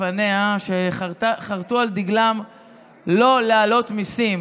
לפניה חרתו על דגלן זה לא להעלות מיסים,